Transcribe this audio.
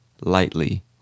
lightly